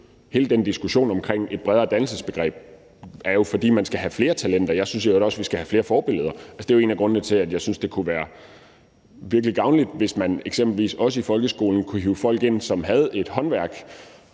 hele den diskussion om et bredere dannelsesbegreb jo skyldes, at man skal have flere talenter. Jeg synes i øvrigt også, at vi skal have flere forbilleder. Altså, det er jo en af grundene til, at jeg synes, det kunne være virkelig gavnligt, hvis man eksempelvis også i folkeskolen kunne hive folk ind, som havde et håndværk